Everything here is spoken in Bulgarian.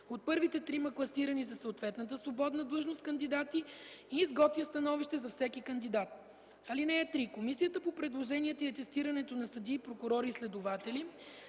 от първите трима класирани за съответната свободна длъжност кандидати и изготвя становище за всеки кандидат. (3) Комисията по предложенията и атестирането на съдии, прокурори и следователи,